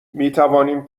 میتوانیم